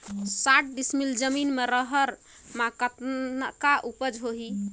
साठ डिसमिल जमीन म रहर म कतका उपजाऊ होही?